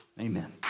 Amen